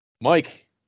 Mike